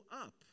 up